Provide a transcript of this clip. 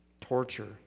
torture